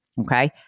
okay